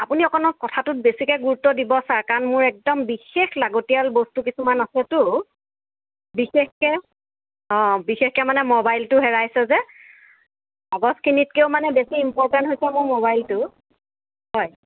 আপুনি অকণমান কথাটোত বেছিকে গুৰুত্ব দিব ছাৰ কাৰণ মোৰ একদম বিশেষ লাগতিয়াল বস্তু কিছুমান আছেটো বিশেষকৈ অঁ বিশেষকৈ মানে মোবাইলটো হেৰাইছে যে কাগজখিনিতকৈও মানে বেছি ইমপৰটেণ্ট হৈছে মোৰ মোবাইলটো হয়